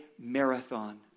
marathon